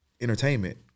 entertainment